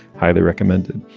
highly recommended.